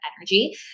energy